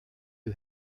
who